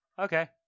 Okay